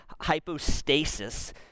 hypostasis